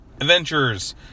adventures